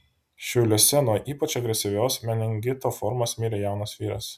šiauliuose nuo ypač agresyvios meningito formos mirė jaunas vyras